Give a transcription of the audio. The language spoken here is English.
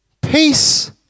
peace